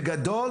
בגדול,